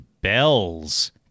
Bells